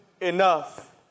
enough